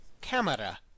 camera